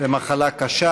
במחלה קשה.